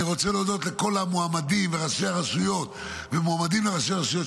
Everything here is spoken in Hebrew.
אני רוצה להודות לכל המועמדים וראשי רשויות ומועמדים לראשי רשויות,